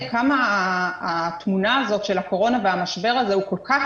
כמה התמונה הזאת של הקורונה והמשבר הזה הוא כל כך